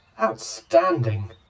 Outstanding